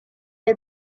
had